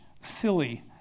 silly